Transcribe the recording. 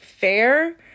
fair